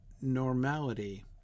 normality